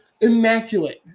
immaculate